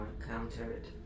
encountered